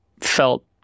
felt